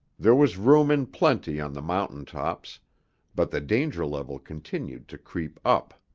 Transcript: there was room in plenty on the mountaintops but the danger-level continued to creep up.